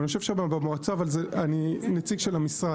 אני יושב שם במועצה אבל אני נציג של המשרד.